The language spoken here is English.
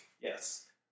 Yes